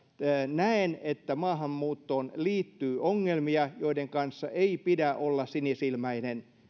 näen että maahanmuuttoon liittyy ongelmia joiden kanssa ei pidä olla sinisilmäinen